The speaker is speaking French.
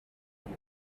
cent